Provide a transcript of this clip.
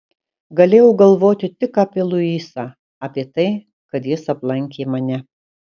galėjau galvoti tik apie luisą apie tai kad jis aplankė mane